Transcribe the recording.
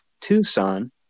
Tucson